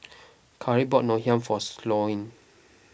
Karri bought Ngoh Hiang for Sloane